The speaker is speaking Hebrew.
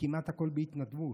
כמעט הכול בהתנדבות.